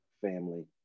family